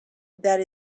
that